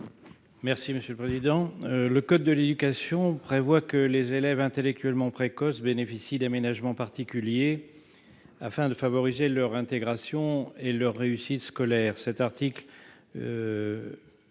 est à M. Claude Malhuret. Le code de l'éducation prévoit que les élèves intellectuellement précoces bénéficient d'aménagements particuliers, afin de favoriser leur intégration et leur réussite scolaire.